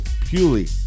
purely